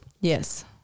Yes